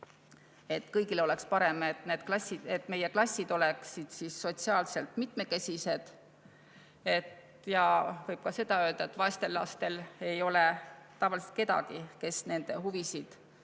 et kõigil oleks parem, kui meie klassid oleksid sotsiaalselt mitmekesised. Ja võib ka seda öelda, et vaestel lastel ei ole tavaliselt kedagi, kes nende huvisid